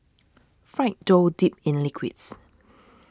fried dough dipped in liquids